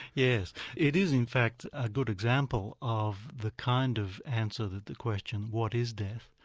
yes. it is in fact a good example of the kind of answer that the question, what is death?